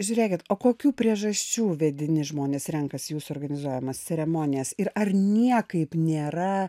žiūrėkit o kokių priežasčių vedini žmones renkas jūsų organizuojamas ceremonijas ir ar niekaip nėra